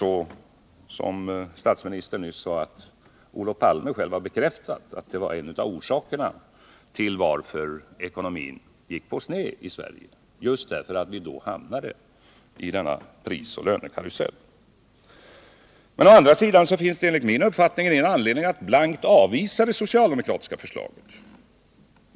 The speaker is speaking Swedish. Som statsministern nyss sade har Olof Palme själv bekräftat att det var en av orsakerna till att den svenska ekonomin gick på sned och vi hamnade i den här prisoch lönekarusellen. Å andra sidan finns enligt min uppfattning ingen anledning att blankt avvisa det socialdemokratiska förslaget.